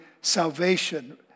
salvation